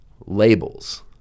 labels